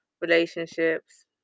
relationships